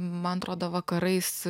man atrodo vakarais